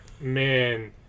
man